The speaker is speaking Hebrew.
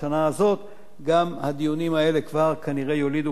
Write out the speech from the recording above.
בשנה הזאת גם הדיונים האלה כנראה יולידו